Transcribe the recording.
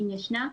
אם ישנה,